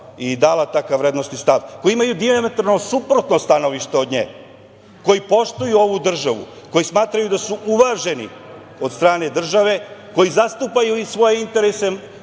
i dala takav vrednosni stav, koji imaju dijametralno suprotno stanovište od nje, koji poštuju ovu državu, koji smatraju da su uvaženi od strane države, koji zastupaju i svoje interese